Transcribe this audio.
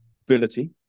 ability